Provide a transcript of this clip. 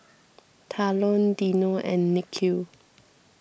Talon Dino and Nikhil